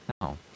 No